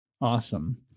awesome